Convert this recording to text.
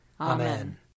Amen